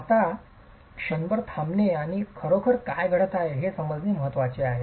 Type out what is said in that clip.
आता क्षणभर थांबणे आणि खरोखर काय घडत आहे हे समजणे महत्वाचे आहे